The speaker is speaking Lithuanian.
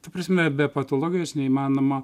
ta prasme be patologijos neįmanoma